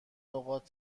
نقاط